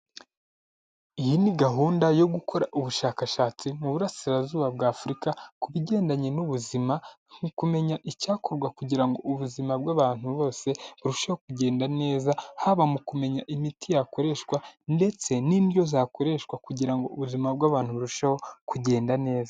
Iyi ni gahunda yo gukora ubushakashatsi mu burasirazuba bwa Afurika ku bigendanye n'ubuzima nko kumenya icyakorwa kugira ngo ubuzima bw'abantu bose burusheho kugenda neza haba mu kumenya imiti yakoreshwa ndetse n'indyo zakoreshwa kugira ubuzima bw'abantu burusheho kugenda neza.